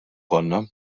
konna